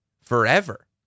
forever